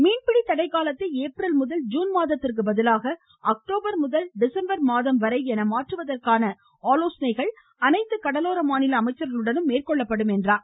மீன்பிடி தடைக்காலத்தை ஏப்ரல் முதல் ஜுன் மாதத்திற்கு பதிலாக அக்டோபர் முதல் டிசம்பர் மாதம் வரை என மாற்றுவதற்கான ஆலோசனைகள் அனைத்து கடலோர மாநில அமைச்சர்களுடன் மேற்கொள்ளப்படும் என்றார்